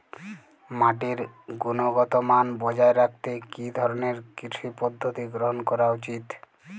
মাটির গুনগতমান বজায় রাখতে কি ধরনের কৃষি পদ্ধতি গ্রহন করা উচিৎ?